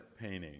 painting